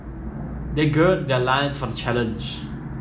they gird their loins for the challenge